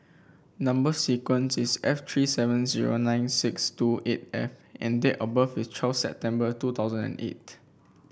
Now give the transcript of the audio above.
number sequence is S three seven zero nine six two eight F and date of birth is twelve September two thousand and eight